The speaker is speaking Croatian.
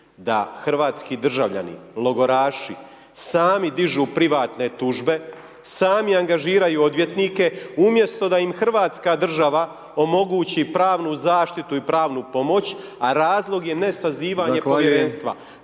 da hrvatski državljani, logoraši sami dižu privatne tužbe, sami angažiraju odvjetnike umjesto da im Hrvatska država omogući pravnu zaštitu i pravnu pomoć a razlog je ne sazivanje povjerenstva.